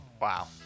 Wow